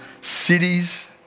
cities